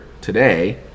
today